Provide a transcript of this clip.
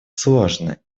сложно